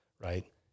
Right